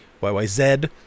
YYZ